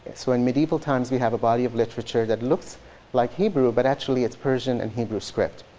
so in medieval times we have a body of literature that looks like hebrew but actually it's persian and hebrew script.